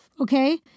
okay